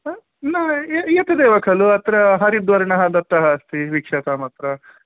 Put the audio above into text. ह न ए एतदेव खलु अत्र हरिद्वर्णः दत्तः अस्ति विक्षसामत्र